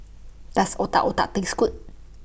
Does Otak Otak Taste Good